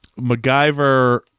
MacGyver